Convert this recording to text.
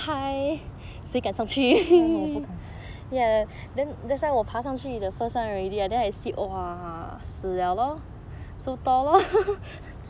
ya 我不敢